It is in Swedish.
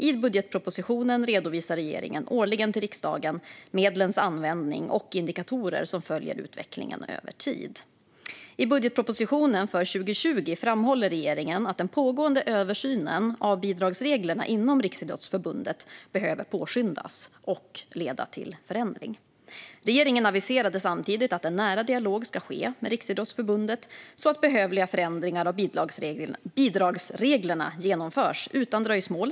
I budgetpropositionen redovisar regeringen årligen till riksdagen medlens användning och indikatorer som följer utvecklingen över tid. I budgetpropositionen för 2020 framhåller regeringen att den pågående översynen av bidragsreglerna inom Riksidrottsförbundet behöver påskyndas och leda till förändring. Regeringen aviserade samtidigt att en nära dialog ska ske med Riksidrottsförbundet så att behövliga förändringar av bidragsreglerna genomförs utan dröjsmål.